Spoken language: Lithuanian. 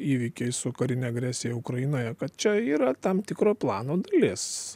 įvykiais su karine agresija ukrainoje kad čia yra tam tikro plano dalis